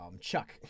Chuck